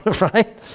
right